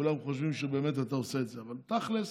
כולם חושבים שבאמת אתה עושה את זה, אבל תכלס